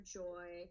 joy